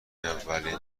اولین